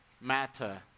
matter